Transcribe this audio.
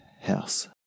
house